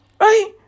Right